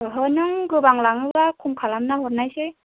ओहो नों गोबां लाङोबा खम खालामना हरनोसै